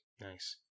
Nice